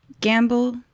Gamble